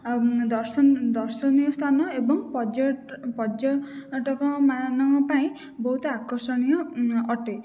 ଆଉ ଦର୍ଶନୀୟ ସ୍ଥାନ ଏବଂ ପର୍ଯ୍ୟଟକମାନଙ୍କ ପାଇଁ ବହୁତ ଆକର୍ଷଣୀୟ ଅଟେ